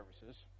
services